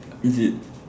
is it